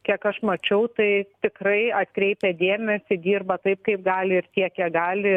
kiek aš mačiau tai tikrai atkreipia dėmesį dirba taip kaip gali ir tiek kiek gali